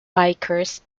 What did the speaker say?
bikers